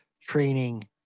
training